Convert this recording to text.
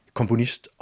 komponist